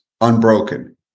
unbroken